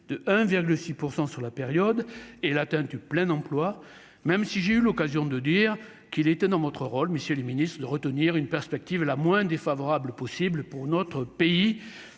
6 % sur la période et l'atteinte du plein emploi, même si j'ai eu l'occasion de dire qu'il était dans notre rôle, messieurs les Ministres, de retenir une perspective la moins défavorable possible pour notre pays,